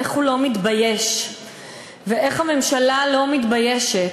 איך הוא לא מתבייש ואיך הממשלה לא מתביישת,